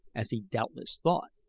as he doubtless thought,